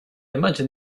imagine